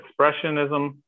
expressionism